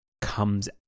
comes